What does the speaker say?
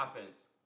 offense